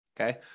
Okay